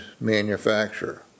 manufacturer